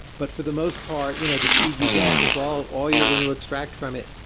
but for the most part, you know the speed you get is all all you're going to extract from it.